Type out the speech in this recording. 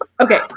Okay